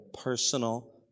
personal